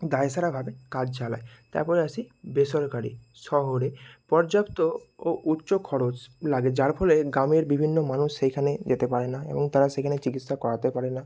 দায়সারাভাবে কাজ চালায় তারপরে আসি বেসরকারি শহরে পর্যাপ্ত ও উচ্চ খরচ লাগে যার ফলে গ্রামের বিভিন্ন মানুষ সেইখানে যেতে পারে না এবং তারা সেখানে চিকিৎসা করাতেও পারে না